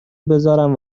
بذارم